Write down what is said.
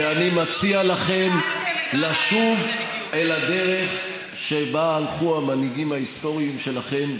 ואני מציע לכם לשוב אל הדרך שבה הלכו המנהיגים ההיסטוריים שלכם,